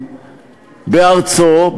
בארצו,